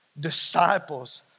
Disciples